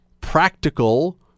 practical